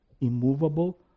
immovable